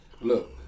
Look